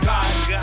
God